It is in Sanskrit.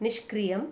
निष्क्रियम्